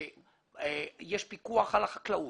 שיש פיקוח על החקלאות,